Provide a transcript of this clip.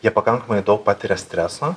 jie pakankamai daug patiria streso